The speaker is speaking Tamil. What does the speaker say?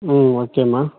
ம் ஓகேம்மா